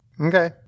Okay